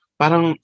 parang